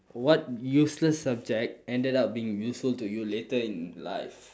what useless subject ended up being useful to you later in life